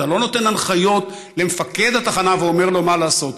ואתה לא נותן הנחיות למפקד התחנה ואומר לו מה לעשות.